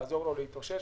לעזור לו להתאושש.